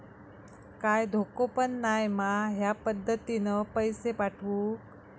काय धोको पन नाय मा ह्या पद्धतीनं पैसे पाठउक?